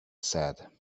said